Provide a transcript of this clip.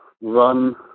run